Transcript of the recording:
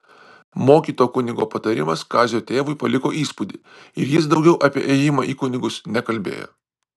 mokyto kunigo patarimas kazio tėvui paliko įspūdį ir jis daugiau apie ėjimą į kunigus nekalbėjo